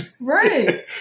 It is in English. Right